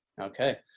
okay